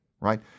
right